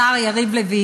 השר יריב לוין,